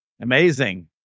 amazing